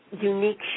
unique